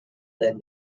than